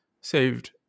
saved